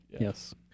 Yes